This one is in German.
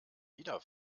wieder